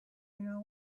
know